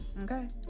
okay